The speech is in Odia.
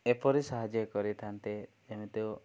ଏପରି ସାହାଯ୍ୟ କରିଥାନ୍ତେ ଯେମିତି